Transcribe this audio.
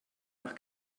nach